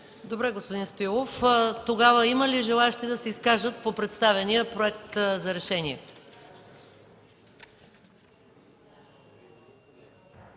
Благодаря, господин Стоилов. Има ли желаещи да се изкажат по представения проект за решение?